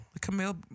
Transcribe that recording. Camille